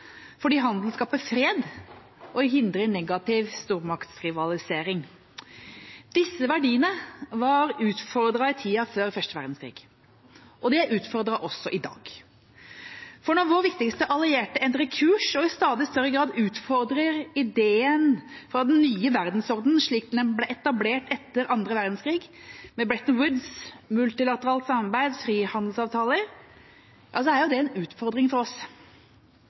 fordi handel skaper fred og hindrer negativ stormaktsrivalisering. Disse verdiene var utfordret i tida før første verdenskrig. De er utfordret også i dag. For når vår viktigste allierte endrer kurs og i stadig større grad utfordrer ideen fra den nye verdensorden, slik den er etablert etter andre verdenskrig, med Bretton Woods, multilateralt samarbeid og frihandelsavtaler, er det en utfordring for oss.